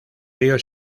río